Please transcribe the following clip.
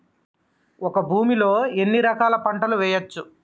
ఒక భూమి లో ఎన్ని రకాల పంటలు వేయచ్చు?